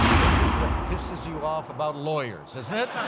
this is what pisses you off about lawyers, isn't it?